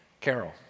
Carol